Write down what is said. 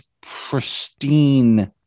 pristine